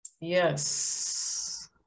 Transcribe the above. Yes